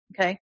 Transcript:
Okay